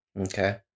okay